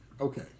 okay